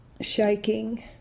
Shaking